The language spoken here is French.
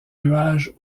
nuages